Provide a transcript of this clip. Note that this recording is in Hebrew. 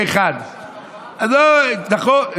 זה, 1. רק לנורבגים עכשיו ארבעה חודשים, נכון.